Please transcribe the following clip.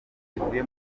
ivuye